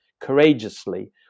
courageously